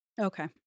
Okay